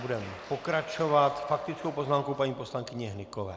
Budeme pokračovat faktickou poznámkou paní poslankyně Hnykové.